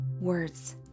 Words